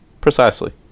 Precisely